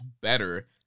better